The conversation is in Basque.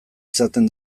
izaten